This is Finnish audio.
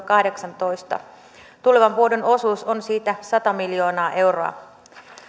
kahdeksantoista tulevan vuoden osuus on siitä sata miljoonaa euroa